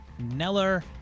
Neller